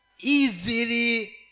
easily